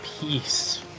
peace